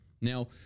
Now